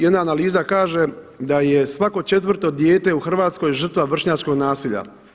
Jedna analiza kaže da je svako 4.-to dijete u Hrvatskoj žrtva vršnjačkog nasilja.